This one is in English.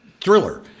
thriller